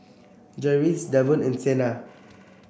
Jarvis Davon and Sena